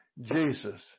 Jesus